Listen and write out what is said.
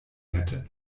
hätte